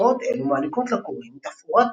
השפעות אלו מעניקות לקוראים תפאורת